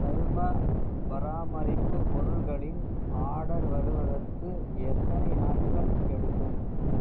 சரும பராமரிப்பு பொருள்களின் ஆர்டர் வருவதற்கு எத்தனை நாட்கள் எடுக்கும்